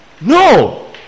No